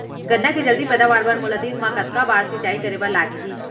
गन्ना के जलदी पैदावार बर, मोला दिन मा कतका बार सिंचाई करे बर लागही?